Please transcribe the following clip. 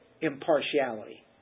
impartiality